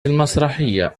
المسرحية